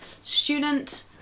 student